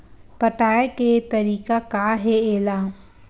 पटाय के तरीका का हे एला?